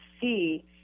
see